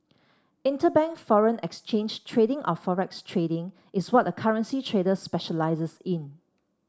interbank foreign exchange trading or forex trading is what a currency trader specialises in